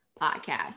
podcast